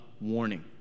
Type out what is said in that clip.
warning